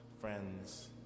friends